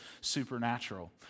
supernatural